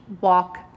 walk